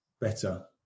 better